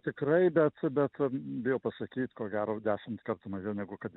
tikrai bet bet bijau pasakyt ko gero dešimt kartų mažiau negu kad